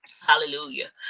Hallelujah